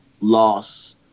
loss